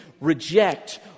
reject